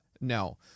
No